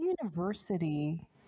university